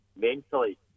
mentally